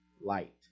light